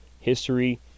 history